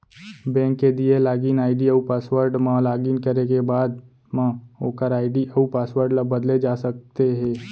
bank के दिए login ID अउ पासवर्ड म लॉगिन करे के बाद म ओकर आईडी अउ पासवर्ड ल बदले जा सकते हे